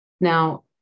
Now